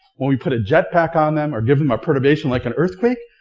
when we put a jet pack on them, or give them a perturbation like an earthquake,